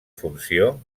funció